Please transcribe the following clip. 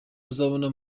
uzabona